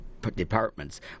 Departments